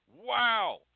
Wow